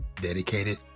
dedicated